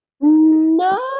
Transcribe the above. No